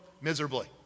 miserably